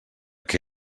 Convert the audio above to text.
que